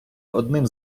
одним